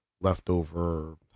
leftover